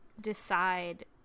decide